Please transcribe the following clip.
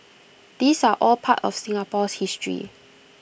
these are all part of Singapore's history